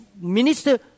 minister